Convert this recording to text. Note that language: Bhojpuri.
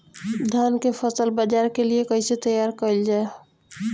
धान के फसल बाजार के लिए कईसे तैयार कइल जाए?